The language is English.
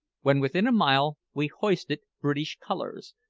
when within a mile we hoisted british colours,